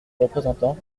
représentant